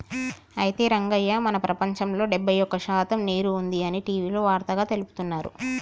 అయితే రంగయ్య మన ప్రపంచంలో డెబ్బై ఒక్క శాతం నీరు ఉంది అని టీవీలో వార్తగా తెలుపుతున్నారు